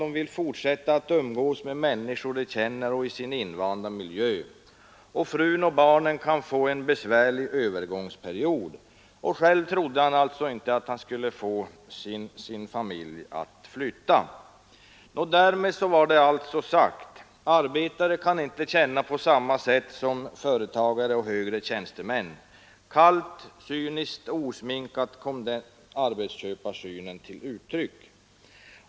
De vill fortsätta umgås med människor de känner och i sin invanda miljö, och frun och barnen kan få en besvärlig övergångsperiod. Själv trodde han inte att han skulle få sin familj att flytta. Och därmed var det alltså sagt: Arbetare kan inte känna på samma sätt som företagare och högre tjänstemän. Kallt, cyniskt och osminkat kom där arbetsköparsynen till uttryck.